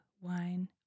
wine